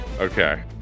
Okay